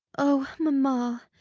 oh, mamma,